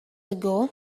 ago